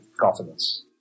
confidence